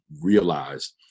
realized